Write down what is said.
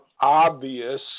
obvious